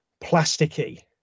plasticky